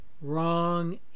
Wrong